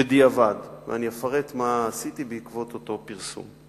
בדיעבד, ואפרט מה עשיתי בעקבות אותו פרסום.